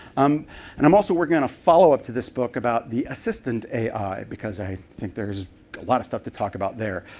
um and i'm also working on a follow-up on this book about the assistant ai, because i think there's a lot of stuff to talk about there.